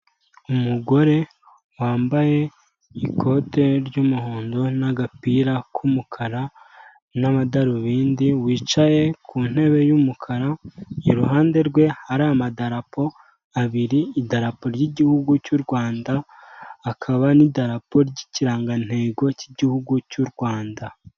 Umugore wambaye ikote ry'umuhondo n'agapira k'umukara n'amadarubindi, wicaye ku ntebe y'umukara iruhande rwe hari amadapo airi, idarapo ry'igihugu cy'u Rwanda hakaba n'idarapo ry'ikirangantego cy'igihugu cy'u Rwanda.